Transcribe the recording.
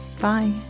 bye